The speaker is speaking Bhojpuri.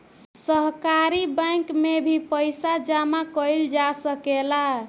सहकारी बैंक में भी पइसा जामा कईल जा सकेला